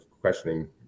questioning